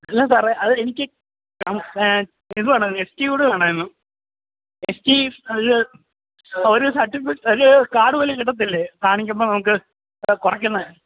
അല്ല സാറേ അത് എനിക്ക് ഇത് വേണമായിരുന്നു എസ് ടി കൂടി വേണമായിരുന്നു എസ് ടി ഒരു ഒരു കാർഡ് പോലെ കിട്ടില്ലേ കാണിക്കുമ്പോള് നമുക്ക് കുറയ്ക്കുന്നത്